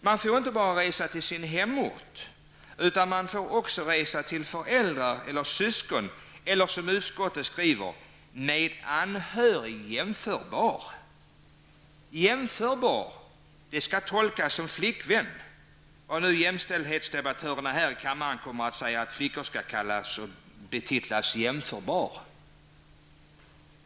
Man får inte bara resa till sin hemort utan man kommer också att få resa till föräldrar eller syskon eller, som utskottet skriver, ''med anhörig jämförbar''. Man får tolka ''jämförbar'' som flickvän -- vad nu än jämställdhetsdebattör i kammaren kommer att säga om att flickor betitlas jämförbara.